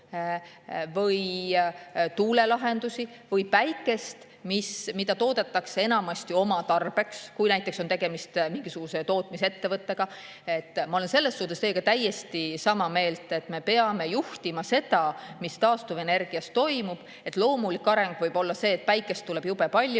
või tuulelahendusi või päikese[energiat], mida toodetakse enamasti oma tarbeks, kui näiteks on tegemist mingisuguse tootmisettevõttega. Ma olen selles suhtes teiega täiesti sama meelt, et me peame juhtima seda, mis taastuvenergias toimub. Loomulik areng võib olla see, et päikese[lahendusi] tuleb jube palju.